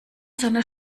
seiner